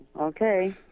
Okay